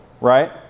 right